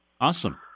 awesome